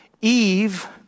Eve